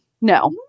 No